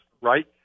right